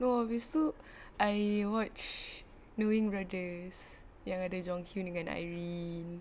no habis tu I watch knowing brothers yang ada jonghyun dengan irene